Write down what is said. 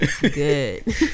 good